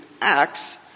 acts